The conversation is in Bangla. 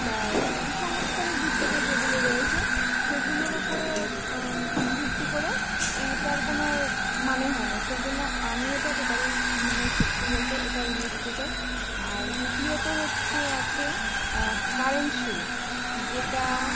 বা কুসংস্কারের ভিত্তিতে যেগুলো রয়েছে সেগুলোর ওপরে ভিত্তি করে এটার কোনো মানে হয় না সেই জন্য আমি এটা টোটালি মানে সত্যি বলতে এটা উড়িয়ে দিতে চাই আর দ্বিতীয়ত হচ্ছে আছে কারেন্টশিল যেটা